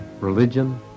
religion